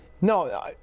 no